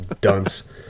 dunce